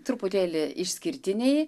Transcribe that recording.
truputėlį išskirtiniai